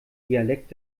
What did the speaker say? dialekt